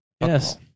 Yes